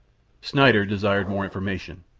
schneider desired more information,